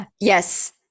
Yes